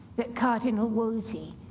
that cardinal wolsey,